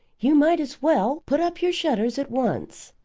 you might as well put up your shutters at once.